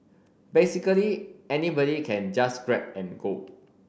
basically anybody can just grab and go